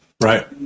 Right